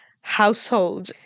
household